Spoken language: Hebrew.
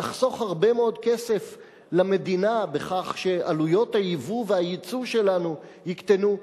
נחסוך הרבה מאוד כסף למדינה בכך שעלויות הייבוא והייצוא שלנו יקטנו,